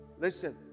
Listen